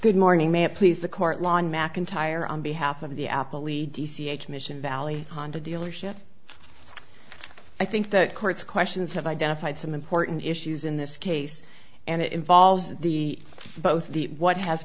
good morning ma'am please the court line mcintyre on behalf of the apple e d c a commission valley honda dealership i think that courts questions have identified some important issues in this case and it involves the both the what has